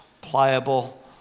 pliable